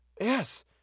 Yes